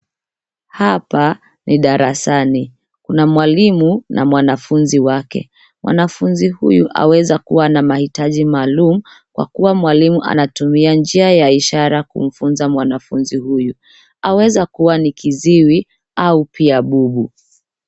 Hapa ni darasani, kuna mwalimu na mwanafunzi wake. Mwanafunzi huyu aweza kuwa ana mahitaji maalum kwa kuwa mwalimu anatumia njia ya ishara kumfunza mwanafunzi huyu. Aweza kuwa ni kiziwi au pia bubu.